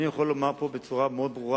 אני יכול לומר פה בצורה מאוד ברורה,